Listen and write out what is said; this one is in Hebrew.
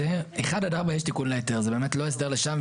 1 עד 4 יש תיקון להיתר, זה באמת לא הסדר לשם.